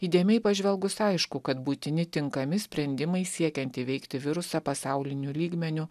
įdėmiai pažvelgus aišku kad būtini tinkami sprendimai siekiant įveikti virusą pasauliniu lygmeniu